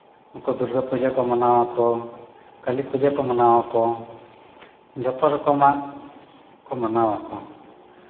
ᱩᱱᱠᱩ ᱫᱩᱨᱜᱟᱹ ᱯᱩᱡᱟᱹ ᱠᱚ ᱢᱟᱱᱟᱣᱟᱠᱚ ᱠᱟᱹᱞᱤ ᱯᱩᱡᱟᱹ ᱠᱚ ᱢᱟᱱᱟᱣᱟᱠᱚ ᱡᱚᱛᱚ ᱨᱚᱠᱚᱢᱟᱜ ᱠᱚ ᱢᱟᱱᱟᱣᱟᱠᱚ